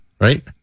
right